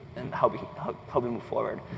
and how we could probably move forward.